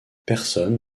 personne